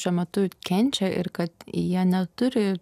šiuo metu kenčia ir kad jie neturi